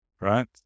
Right